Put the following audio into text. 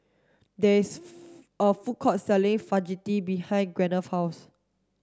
there is a food court selling Fajitas behind Gwyneth's house